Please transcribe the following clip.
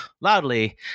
loudly